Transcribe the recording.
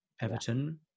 Everton